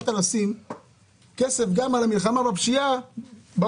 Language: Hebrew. כסף במלחמה בפשיעה גם